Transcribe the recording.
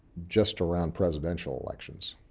just around presidential elections,